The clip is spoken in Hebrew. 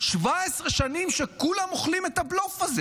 17 שנים שכולם אוכלים את הבלוף הזה.